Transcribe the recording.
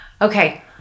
Okay